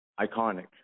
iconic